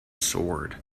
sword